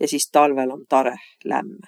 ja sis talvõl om tarõh lämmäh.